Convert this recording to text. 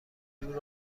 دور